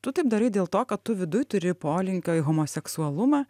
tu taip darai dėl to kad tu viduj turi polinkio į homoseksualumą